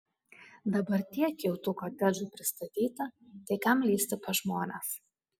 dabar tiek jau tų kotedžų pristatyta tai kam lįsti pas žmones